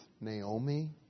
naomi